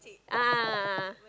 a'ah a'ah